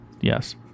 Yes